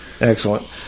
Excellent